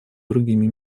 другими